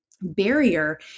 barrier